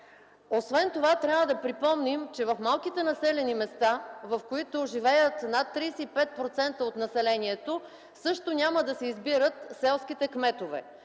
Освен това трябва да припомним, че в малките населени места, в които живее над 35% от населението, също няма да се избират селските кметове.